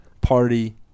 party